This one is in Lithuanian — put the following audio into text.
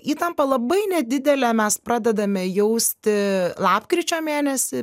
įtampą labai nedidelę mes pradedame jausti lapkričio mėnesį